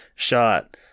Shot